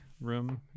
room